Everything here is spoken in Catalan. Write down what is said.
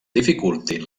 dificultin